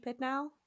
now